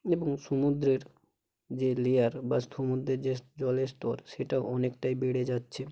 এবং সমুদ্রের যে লেয়ার বা সমুদ্রের যে জলের স্তর সেটা অনেকটাই বেড়ে যাচ্ছে